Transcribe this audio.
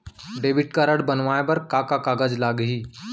Debit card बनवाये बर का का कागज लागही?